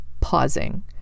pausing